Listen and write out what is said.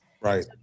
Right